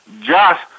Josh